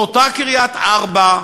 באותה קריית-ארבע,